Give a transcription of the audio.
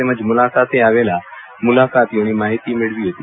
તેમજ મુલાકાતે આવેલા મુકાતીઓની માહિતી મેળવી હતી